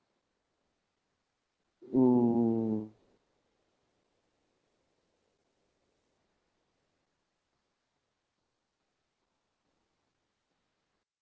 mm